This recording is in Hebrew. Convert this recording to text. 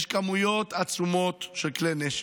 יש כמויות עצומות של כלי נשק.